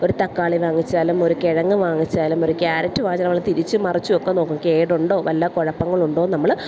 ഒരു തക്കാളി വാങ്ങിച്ചാലും ഒരു കിഴങ്ങ് വാങ്ങിച്ചാലും ഒരു ക്യാരറ്റ് വാങ്ങിച്ചാലും നമ്മൾ തിരിച്ചും മറിച്ചും ഒക്കെ നോക്കും കേടുണ്ടോ വല്ല കുഴപ്പങ്ങൾ ഉണ്ടോ നമ്മൾ